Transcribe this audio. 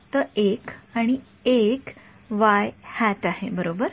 फक्त एक आणि एक आहे बरोबर